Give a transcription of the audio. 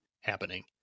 happening